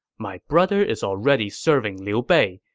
my brother is already serving liu bei,